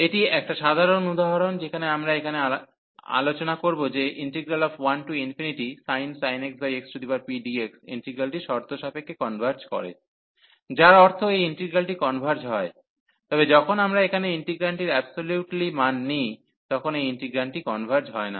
এটি একটা সাধারন উদাহরণ যেটা আমরা এখানে এখানে আলোচনা করব যে 1sin x xpdx ইন্টিগ্রালটি শর্তসাপেক্ষে কনভার্জ করে যার অর্থ এই ইন্টিগ্রালটি কনভার্জ হয় তবে যখন আমরা এখানে ইন্টিগ্র্যান্টটির অ্যাবসোলিউটলি মান নিই তখন এই ইন্টিগ্র্যান্টটি কনভার্জ হয় না